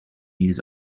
years